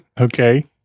Okay